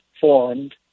formed